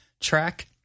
track